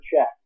check